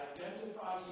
Identify